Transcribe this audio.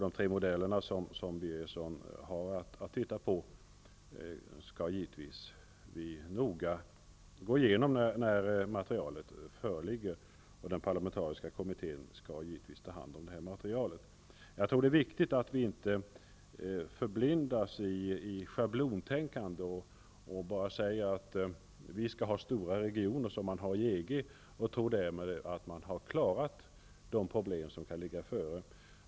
De tre modeller som Birgersson har att titta på skall vi givetvis noga gå igenom när materialet föreligger, och den parlamentariska kommittén skall givetvis ta hand om det materialet. Jag tror att det är viktigt att vi inte förblindas av schablontänkande och bara säger att vi skall ha stora regioner som man har i EG och tror att man därmed har löst de problem som kan föreligga.